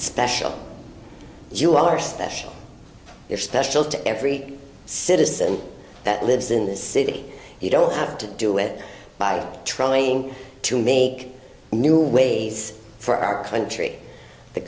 special you are special you're special to every citizen that lives in this city you don't have to do it by trying to make new ways for our country the